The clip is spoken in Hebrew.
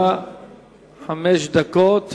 חמש דקות